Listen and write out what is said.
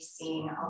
seeing